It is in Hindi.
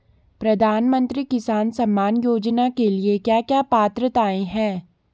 प्रधानमंत्री किसान सम्मान योजना के लिए क्या क्या पात्रताऐं हैं?